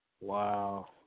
Wow